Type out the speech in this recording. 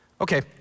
Okay